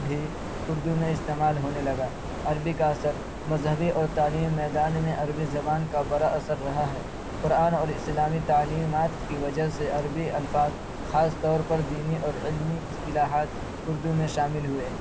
بھی اردو میں استعمال ہونے لگا عربی کا اثر مذہبی اور تعلیمی میدان میں عربی زبان کا بڑا اثر رہا ہے قرآن اور اسلامی تعلیمات کی وجہ سے عربی الفاظ خاص طور پر دینی اور علمی اصطلاحات اردو میں شامل ہوئے